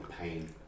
pain